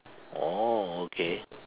oh okay